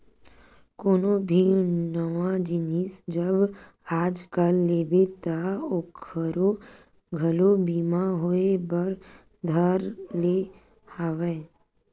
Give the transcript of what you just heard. कोनो भी नवा जिनिस जब आजकल लेबे ता ओखरो घलो बीमा होय बर धर ले हवय